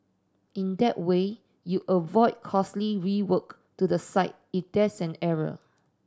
in that way you avoid costly rework to the site it there's an error